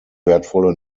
wertvolle